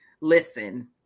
Listen